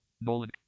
Nolan